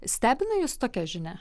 stebina jus tokia žinia